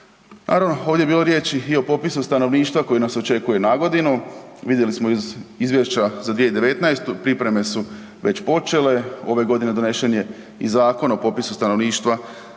Naravno, ovdje je bilo riječi i o popisu stanovništva koji nas očekuje i nagodinu. Vidjeli smo iz izvješća za 2019., pripreme su već počele. Ove godine donešen je i Zakon o popisu stanovništva,